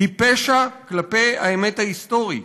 היא פשע כלפי האמת ההיסטורית,